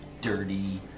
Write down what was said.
Dirty